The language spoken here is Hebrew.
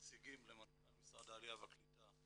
מציגים למנכ"ל משרד העלייה והקליט את